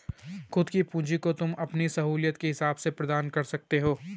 खुद की पूंजी को तुम अपनी सहूलियत के हिसाब से प्रदान कर सकते हो